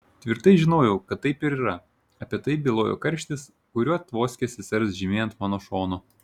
tvirtai žinojau kad taip ir yra apie tai bylojo karštis kuriuo tvoskė sesers žymė ant mano šono